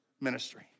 ministry